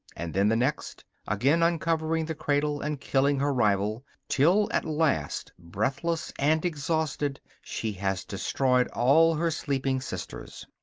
and then the next, again uncovering the cradle and killing her rival, till at last, breathless and exhausted, she has destroyed all her sleeping sisters.